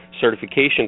certification